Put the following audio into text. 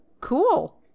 cool